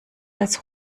als